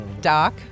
Doc